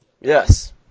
Yes